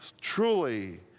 truly